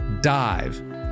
dive